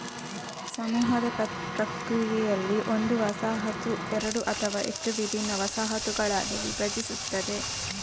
ಸಮೂಹದ ಪ್ರಕ್ರಿಯೆಯಲ್ಲಿ, ಒಂದು ವಸಾಹತು ಎರಡು ಅಥವಾ ಹೆಚ್ಚು ವಿಭಿನ್ನ ವಸಾಹತುಗಳಾಗಿ ವಿಭಜಿಸುತ್ತದೆ